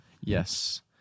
Yes